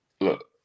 look